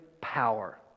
power